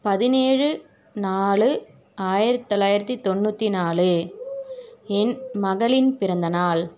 பதினேழு நாலு ஆயரத்தி தொள்ளாயிரத்தி தொண்ணூற்றி நாலு என் மகளின் பிறந்தநாள்